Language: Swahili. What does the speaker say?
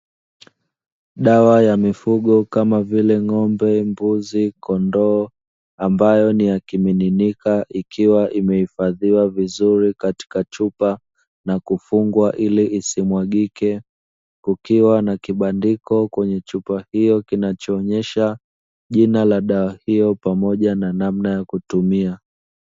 Dawa ya mifugo kama vile ng'ombe, mbuzi, kondoo ambayo ni ya kimiminika ikiwa imehifadhiwa vizuri katika chupa na kufungua ili isimwagike, kukiwa na kibandiko kwenye chupa hio kinacho onyesha jina la dawa hio pamoja na namna ya kutumia.